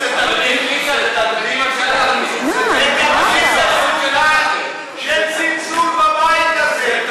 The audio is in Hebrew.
זה תקדים מסוכן, של זלזול בבית הזה.